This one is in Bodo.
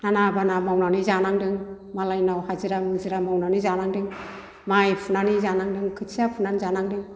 नाना बाना मावनानै जानांदों मालायनाव हाजिरा मुजिरा मावनानै जानांदों माइ फुनानै जानांदों खोथिया फुनानै जानांदों